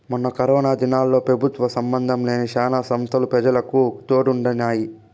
మొన్న కరోనా దినాల్ల పెబుత్వ సంబందం లేని శానా సంస్తలు పెజలకు తోడుండినాయి